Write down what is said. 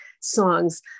songs